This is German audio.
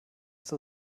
zur